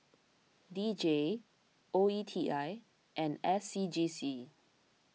D J O E T I and S C G C